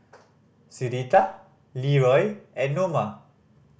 Syreeta Leeroy and Noma